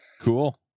cool